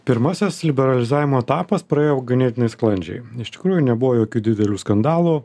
pirmasis liberalizavimo etapas praėjo ganėtinai sklandžiai iš tikrųjų nebuvo jokių didelių skandalų